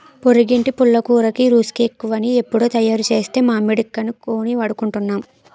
పొరిగింటి పుల్లకూరకి రుసెక్కువని ఎవుడో తయారుసేస్తే మనమిక్కడ కొని వాడుకుంటున్నాం